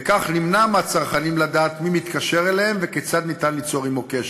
וכך נמנע מהצרכנים לדעת מי מתקשר אליהם וכיצד ניתן ליצור עמו קשר.